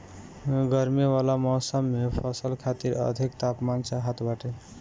गरमी वाला मौसम के फसल खातिर अधिक तापमान चाहत बाटे